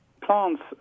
Plants